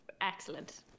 excellent